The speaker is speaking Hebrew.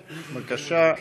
בבקשה,